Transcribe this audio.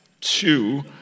two